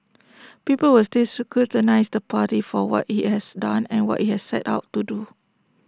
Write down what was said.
people will still scrutinise the party for what IT has done and what IT has set out to do